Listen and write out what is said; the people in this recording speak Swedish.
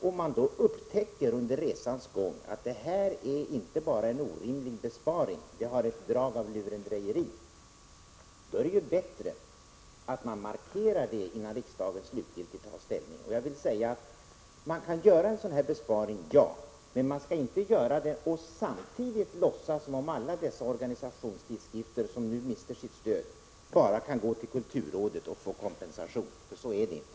Om man under resans gång upptäcker att detta inte enbart är en orimlig besparing utan rent av har ett drag av lurendrejeri är det bättre att man markerar det innan riksdagen slutgiltigt tar ställning. Man kan göra en sådan besparing, men man skall inte göra den och samtidigt låtsas som om alla dessa organisationstidskrifter som nu mister sitt stöd bara kan gå till kulturrådet och få kompensation. Så är det inte.